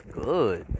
good